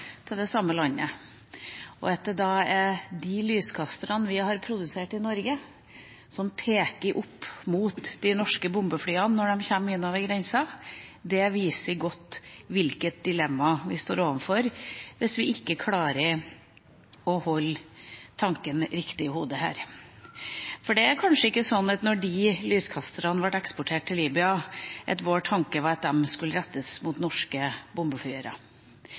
til det samme landet − og at det dermed er lyskastere som vi har produsert i Norge, som peker opp mot de norske bombeflyene når de kommer inn over grensa − viser godt hvilket dilemma vi står overfor hvis vi ikke klarer å holde tankene riktig i hodet. For da de lyskasterne ble eksportert til Libya, var ikke vår tanke at de skulle rettes mot norske